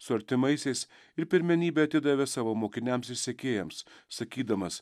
su artimaisiais ir pirmenybę atidavė savo mokiniams ir sekėjams sakydamas